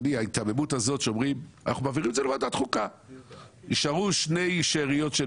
ההיתממות הזאת שאומרים: אנחנו מעבירים את זה לוועדת חוקה.